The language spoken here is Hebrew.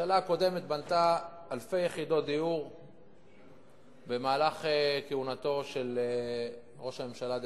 הממשלה הקודמת בנתה אלפי יחידות דיור במהלך כהונתו של ראש הממשלה דאז,